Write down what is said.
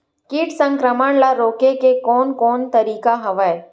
कीट संक्रमण ल रोके के कोन कोन तरीका हवय?